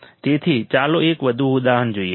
તેથી ચાલો એક વધુ ઉદાહરણ જોઈએ